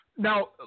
Now